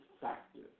factors